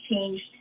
changed